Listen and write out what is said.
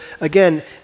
again